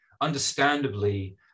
understandably